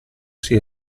sia